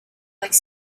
like